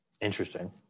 Interesting